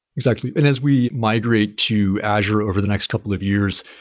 exactly. and as we migrate to azure over the next couple of years,